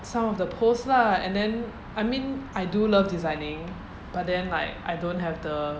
some of the post lah and then I mean I do love designing but then like I don't have the